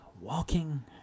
Walking